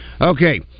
Okay